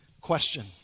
question